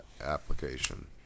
application